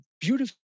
beautiful